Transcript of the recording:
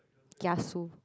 kiasu